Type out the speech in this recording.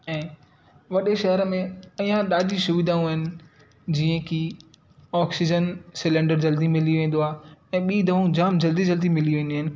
ऐं वॾे शहर में अञा ॾाढी सुविधाऊं आहिनि जीअं की ऑक्सीजन सिलेंडर जल्दी मिली वेंदो आहे ऐं ॿीं दवाऊं जाम जल्दी जल्दी मिली वेंदियूं आहिनि